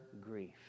grief